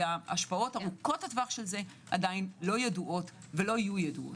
והשפעות ארוכות הטווח של זה לא ידועות עדיין ולא יהיו ידועות.